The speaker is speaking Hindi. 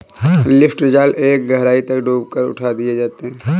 लिफ्ट जाल एक गहराई तक डूबा कर उठा दिए जाते हैं